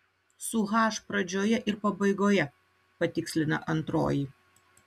su h pradžioje ir pabaigoje patikslina antroji